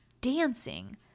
dancing